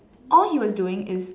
all he was doing is